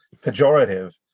pejorative